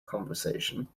conversation